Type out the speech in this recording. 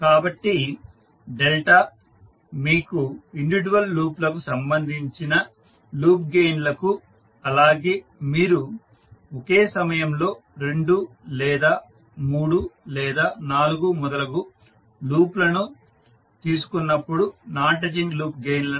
కాబట్టి మీకు ఇండివిడ్యువల్ లూప్లకు సంబంధించిన లూప్ గెయిన్లకు అలాగే మీరు ఒకే సమయంలో రెండు లేదా మూడు లేదా నాలుగు మొదలగు లూప్లను తీసుకున్నప్పుడు నాన్ టచింగ్ లూప్ గెయిన్లను ఇస్తుంది